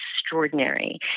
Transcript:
extraordinary